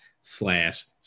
slash